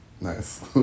Nice